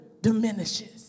diminishes